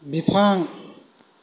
बिफां